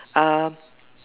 um